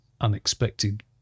unexpected